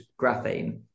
Graphene